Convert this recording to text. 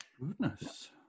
Goodness